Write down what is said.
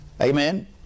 Amen